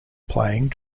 playing